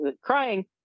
crying